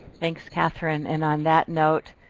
thanks catherine. and on that note,